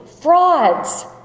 Frauds